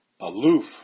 aloof